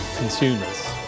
consumers